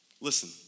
Listen